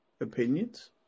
Opinions